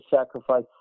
sacrifice